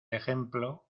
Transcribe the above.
ejemplo